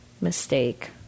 mistake